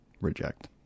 reject